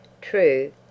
True